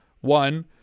one